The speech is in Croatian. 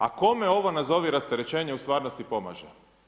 A kome ovo nazovi rasterećenje u stvarnosti pomaže?